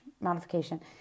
modification